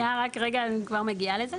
שנייה, רק רגע, אני כבר מגיעה לזה.